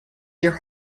your